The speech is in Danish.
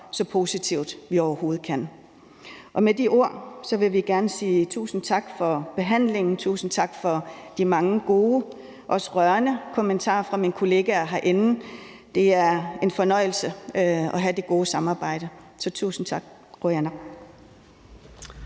så positivt, vi overhovedet kan. Med de ord vil vi gerne sige tusind tak for behandlingen. Tusind tak for de mange gode, også rørende, kommentarer fra mine kollegaer herinde. Det er en fornøjelse at have det gode samarbejde. Så tusind tak. Qujanaq.